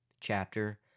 chapter